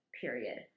period